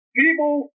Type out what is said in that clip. people